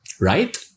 right